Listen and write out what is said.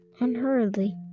unhurriedly